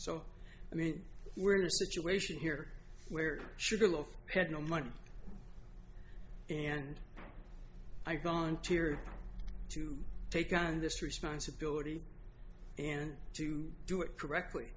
so i mean we're in a situation here where sugarloaf had no money and i volunteered to take on this responsibility and to do it correctly